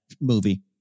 movie